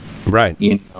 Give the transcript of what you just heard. Right